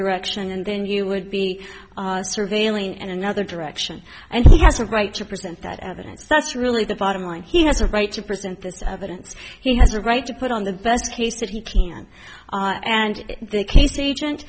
direction and then you would be surveilling and another direction and he has a right to present that evidence that's really the bottom line he has a right to present this evidence he has a right to put on the best case that he can and the case agent